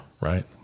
Right